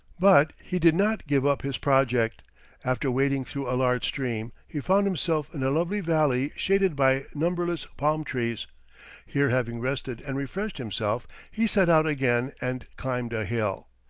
but he did not give up his project after wading through a large stream, he found himself in a lovely valley shaded by numberless palm-trees here having rested and refreshed himself, he set out again and climbed a hill.